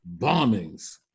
bombings